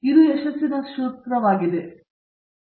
ಇದು ಯಶಸ್ಸಿನ ಸೂತ್ರವಾಗಿದೆ ಎಂದು ನಾನು ಯೋಚಿಸುವುದಿಲ್ಲ